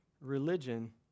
religion